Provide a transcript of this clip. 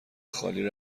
خالی